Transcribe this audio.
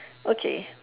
okay